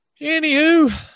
anywho